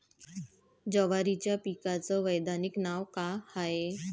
जवारीच्या पिकाचं वैधानिक नाव का हाये?